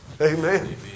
Amen